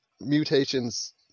mutations